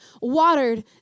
watered